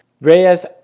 Reyes